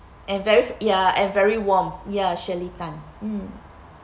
and very ya and very warm ya shirley tan mm